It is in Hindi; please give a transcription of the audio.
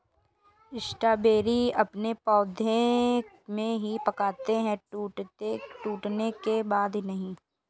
स्ट्रॉबेरी अपने पौधे में ही पकते है टूटने के बाद नहीं